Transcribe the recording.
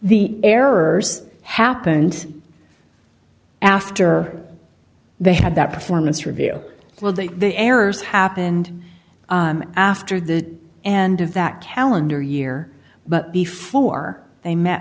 the errors happened after they had that performance review well that the errors happened after that and of that calendar year but before they met